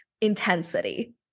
intensity